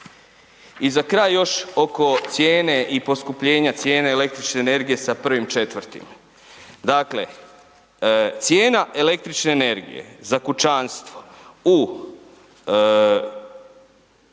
I za kraj još oko cijene i poskupljenja cijene električne energije sa 1.4. dakle, cijena električne energije za kućanstvo u